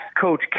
Coach